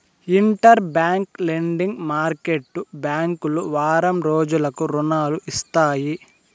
inter bank lending market బ్యాంకులు వారం రోజులకు రుణాలు ఇస్తాయి